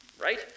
Right